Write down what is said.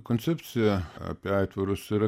koncepcija apie aitvarus ir